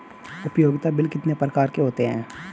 उपयोगिता बिल कितने प्रकार के होते हैं?